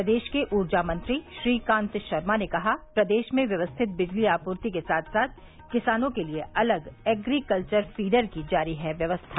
प्रदेश के ऊर्जा मंत्री श्री कांत शर्मा ने कहा प्रदेश में व्यवस्थित बिजली आपूर्ति के साथ साथ किसानों के लिए अलग एग्रीकल्वर फीडर की जारी है व्यवस्था